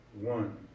one